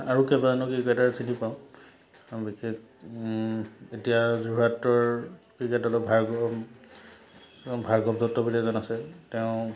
আৰু কেইবাজনো ক্ৰিকেটাৰ চিনি পাওঁ বিশেষ এতিয়া যোৰহাটৰ ক্ৰিকেট অলপ ভাৰ ভাৰ্গৱ দত্ত বুলি এজন আছে তেওঁ